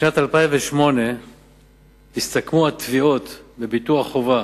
בשנת 2008 הסתכמו התביעות בביטוח חובה